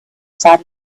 sound